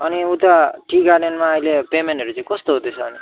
अनि उता टी गार्डनमा अहिले पेमेन्टहरू चाहिँ कस्तो हुँदैछ